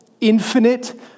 infinite